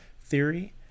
Theory